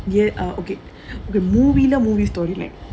ya uh okay movie னா:naa movie story line